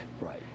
right